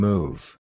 Move